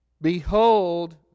Behold